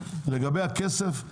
לגבי הכסף,